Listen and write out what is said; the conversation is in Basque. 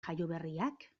jaioberriak